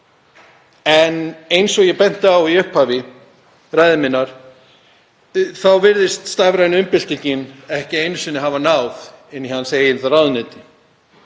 En eins og ég benti á í upphafi ræðu minnar virðist stafræna umbyltingin ekki einu sinni hafa náð inn í hans eigið ráðuneyti.